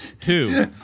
Two